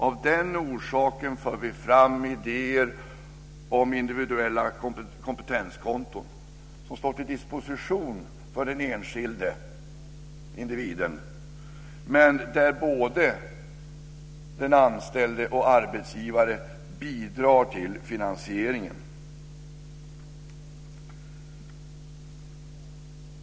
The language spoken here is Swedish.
Av den orsaken för vi fram idéer om individuella kompetenskonton som står till disposition för den enskilda individen, men där både den anställde och arbetsgivaren bidrar till finansieringen.